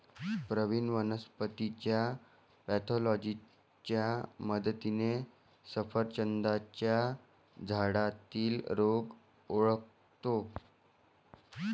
प्रवीण वनस्पतीच्या पॅथॉलॉजीच्या मदतीने सफरचंदाच्या झाडातील रोग ओळखतो